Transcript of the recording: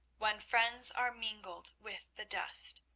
when friends are mingled with the dust,